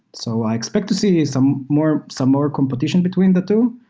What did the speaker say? so i expect to see some more some more competition between the two,